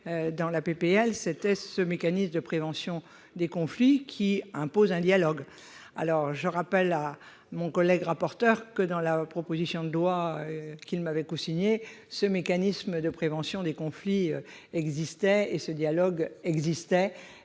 dans la PPL c'était ce mécanisme de prévention des conflits, qui impose un dialogue alors je rappelle à mon collègue rapporteur que dans la proposition de loi qu'il m'avait cosigné ce mécanisme de prévention des conflits existait et ce dialogue existait